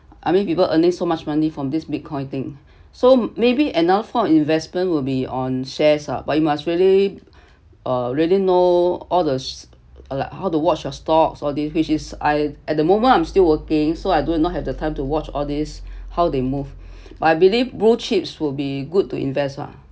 I mean people earning so much money from this bitcoin thing so maybe another form of investment will be on shares ah but you must really uh really know all the or like how to watch your stocks all these which is I at the moment I'm still working so I do not have the time to watch all this how they move but I believe blue chips would be good to invest ah